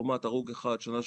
לעומת הרוג אחד בשנה שעברה.